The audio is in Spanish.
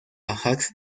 ajax